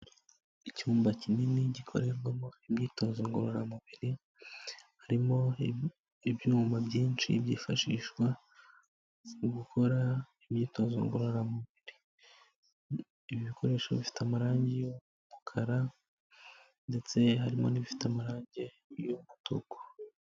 Icyumba kinini gikorerwamo imyitozo ngororamubiri harimo ibyuma byinshi byifashishwa mu gukora imyitozo ngororamubiri, ibi bikoresho bifite amarange y'umukara ndetse harimo n'ibifite amarange y'umutuku.